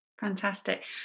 Fantastic